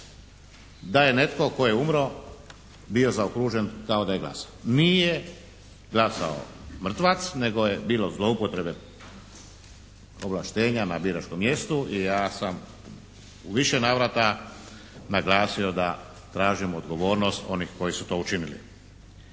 da je netko tko je umro bio zaokružen kao da je glasao. Nije glasao mrtvac, nego je bilo zloupotrebe ovlaštenja na biračkom mjestu i ja sam u više navrata naglasio da tražim odgovornost onih koji su to učinili.